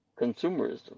consumerism